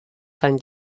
found